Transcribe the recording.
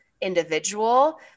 individual